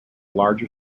larger